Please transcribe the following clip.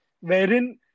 wherein